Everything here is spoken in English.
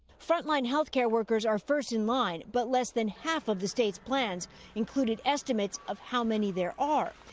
frontline health care workers are first in line, but less than half of the states' plans included estimates of how many there are.